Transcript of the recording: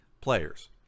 players